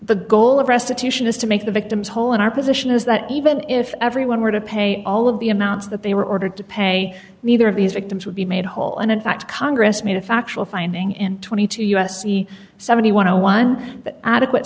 the goal of restitution is to make the victims whole and our position is that even if everyone were to pay all of the amounts that they were ordered to pay neither of these victims would be made whole and in fact congress made a factual finding in twenty two u s c seventy want to one that adequate